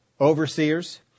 overseers